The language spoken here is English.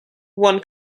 one